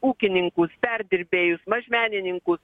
ūkininkus perdirbėjus mažmenininkus